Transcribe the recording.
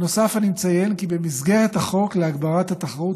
נוסף על כך אני מציין כי במסגרת החוק להגברת התחרות